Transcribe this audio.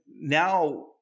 now-